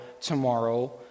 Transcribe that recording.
tomorrow